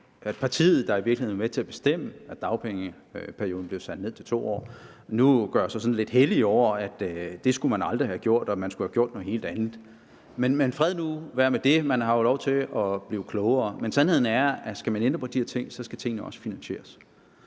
partiet, der i virkeligheden har været med til at bestemme, at dagpengeperioden blev sat ned til 2 år, nu gøre sig sådan lidt hellig over det: Det skulle man aldrig have gjort, man skulle have gjort noget helt andet. Fred nu være med det, man har lov til at blive klogere. Sandheden er, at skal man ændre på de her ting, skal tingene også finansieres.